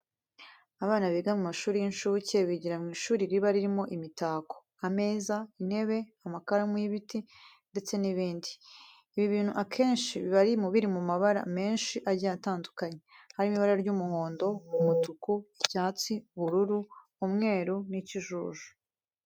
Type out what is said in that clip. Abana biga mu mashuri y'incuke bigira mu ishuri riba ririmo imitako, ameza, intebe, amakaramu y'ibiti ndetse n'ibindi. Ibi bintu akenshi biba biri mu mabara menshi agiye atandukanye, harimo ibara ry'umuhondo, umutuku, icyatsi, ubururu, umweru n'ikijuju.